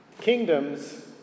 Kingdoms